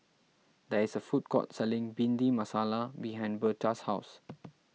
there is a food court selling Bhindi Masala behind Berta's house